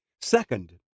Second